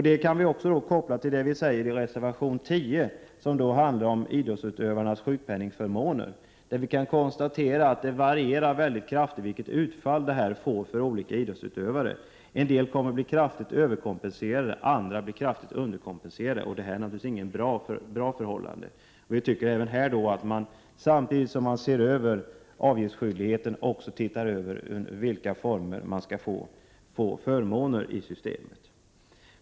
Detta kan vi koppla till vad vi säger i reservation 10, som handlar om idrottsutövarnas sjukpenningförmåner. Vi kan konstatera att utfallet av gällande bestämmelser kraftigt varierar. En del blir kraftigt överkompenserade, andra blir underkompenserade. Detta är naturligtvis inte ett bra förhållande. Vi anser att man, samtidigt som man ser över avgiftsskyldigheten, bör se över formerna för ersättning i försäkringssystemet.